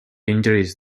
injuries